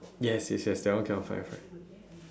yes yes yes that one cannot find friend